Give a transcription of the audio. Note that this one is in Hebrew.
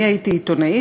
אני הייתי עיתונאית,